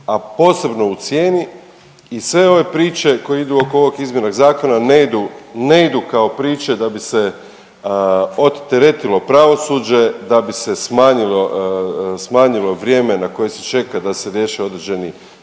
a posebno u cijeni i sve ove priče koje idu oko ovog izmjena zakona, ne idu, ne idu kao priče da bi se odteretilo pravosuđe, da bi se smanjilo vrijeme na koje se čeka da se riješe određeni